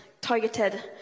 targeted